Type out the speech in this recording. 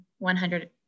100%